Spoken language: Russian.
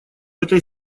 этой